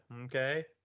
okay